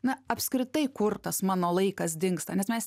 na apskritai kur tas mano laikas dingsta nes mes